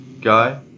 guy